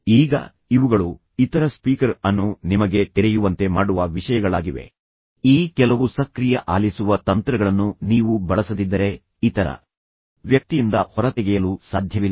ಈಗ ಇವುಗಳು ಇತರ ಸ್ಪೀಕರ್ ಅನ್ನು ನಿಮಗೆ ತೆರೆಯುವಂತೆ ಮಾಡುವ ವಿಷಯಗಳಾಗಿವೆ ಬಹಳಷ್ಟು ಆಲೋಚನೆಗಳು ಮತ್ತು ಆಲೋಚನೆಗಳೊಂದಿಗೆ ಹೊರಬನ್ನಿ ಈ ಕೆಲವು ಸಕ್ರಿಯ ಆಲಿಸುವ ತಂತ್ರಗಳನ್ನು ನೀವು ಬಳಸದಿದ್ದರೆ ನೀವು ಇತರ ವ್ಯಕ್ತಿಯಿಂದ ಹೊರತೆಗೆಯಲು ಸಾಧ್ಯವಿಲ್ಲ